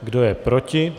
Kdo je proti?